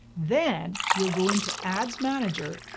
then, you'll go into ads manager,